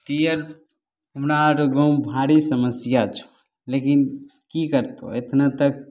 ई आर हमरा आर गाँवमे भारी समस्या छै लेकिन की करतो इतना तक